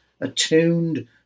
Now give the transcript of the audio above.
attuned